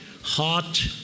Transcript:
hot